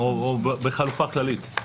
-- או בחלופה כללית.